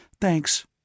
Thanks